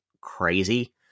crazy